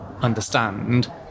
understand